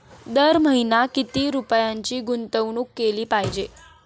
दर महिना किती रुपयांची गुंतवणूक केली पाहिजे?